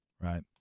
right